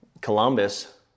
Columbus